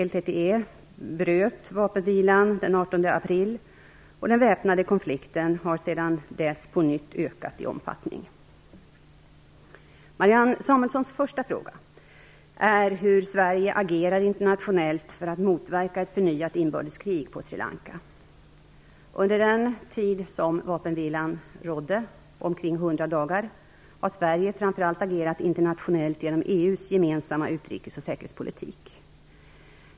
LTTE bröt vapenvilan den 18 april, och den väpnade konflikten har sedan dess på nytt ökat i omfattning. Marianne Samuelssons första fråga är hur Sverige agerar internationellt för att motverka ett förnyat inbördeskrig i Sri Lanka. dagar, har Sverige framför allt agerat internationellt genom EU:s gemensamma utrikes och säkerhetspolitik.